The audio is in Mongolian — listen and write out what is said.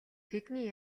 тэдний